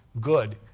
good